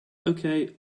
okay